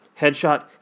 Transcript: headshot